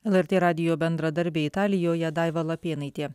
lrt radijo bendradarbė italijoje daiva lapėnaitė